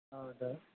ಹೌದಾ